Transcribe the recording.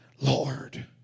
Lord